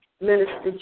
Minister